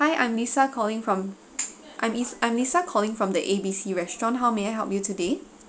hi I'm lisa calling from I'm I'm lisa calling from the A B C restaurant how may I help you today